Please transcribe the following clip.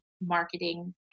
marketing